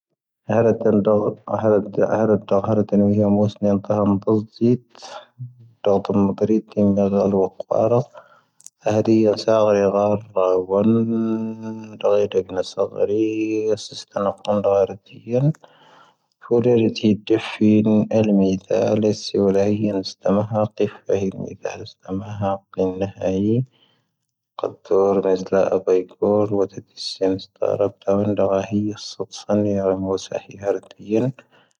ⴰⵀⴷⴰⴼ ⴰⵀⴷⴰⴼ ⴰⵀⴷⴰⴼ ⵡⵢⵡⵎⵡⵙ ⵏⵏⵟⴰⵇ ⵎⴹⵢⵟ. ⴷⵡⵟ ⴰⵍⵎⴹⵔⵢⵟⵢⵏ ⵡⴰⵍⴰⵍⵡ ⴰⵍⵇⴰⵔⴹ. ⴰⵀⴷⴰⴼ ⴰⵀⴷⴰⴼ ⴰⵀⴷⴰⴼ ⵡⵏⵟⴰⵇ ⵎⴹⵢⵟ. ⴼⵡⵍⴰ ⵔⴹⵢ ⴷⴼⵢⵏ ⴰⵍⵎⴷⴰ ⵍⵙⵡⵍⵀⵢⵏ ⴰⵙⵜⵎⵀⴰⵄ. ⵜⴼⵀⵢ ⴰⵍⵎⴷⴰ ⵍⵙⵜⵎⵀⴰⵄ ⵎⵏⵀⴰⵢ. ⵇⴷⵡⵔ ⵍⵙⵍⴰ ⴰⴱⵢ ⵇⵡⵔ ⵡⴷⵙⵢⵏ ⴰⵙⵜⵎⵀⴰⵄ.